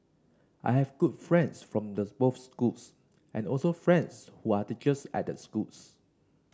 I have good friends from the both schools and also friends who are teachers at the schools